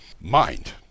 mind